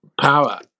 power